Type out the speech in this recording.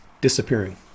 disappearing